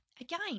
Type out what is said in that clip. again